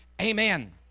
Amen